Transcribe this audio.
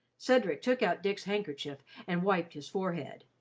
cedric took out dick's handkerchief and wiped his forehead.